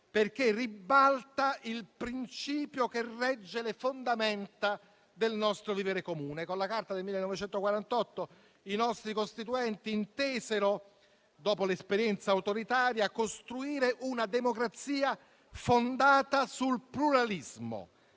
perché ribalta il principio che regge le fondamenta del nostro vivere comune. Con la Carta del 1948 i nostri costituenti intesero, dopo l'esperienza autoritaria, costruire una democrazia fondata sul pluralismo,